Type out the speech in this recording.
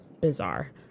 bizarre